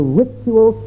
ritual